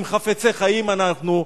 אם חפצי חיים אנחנו,